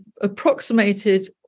approximated